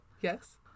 Yes